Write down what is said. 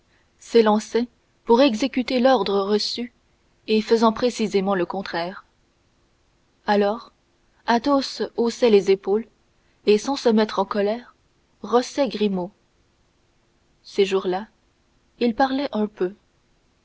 s'élançait pour exécuter l'ordre reçu et faisait précisément le contraire alors athos haussait les épaules et sans se mettre en colère rossait grimaud ces jours-là il parlait un peu